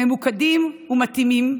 ממוקדים ומתאימים,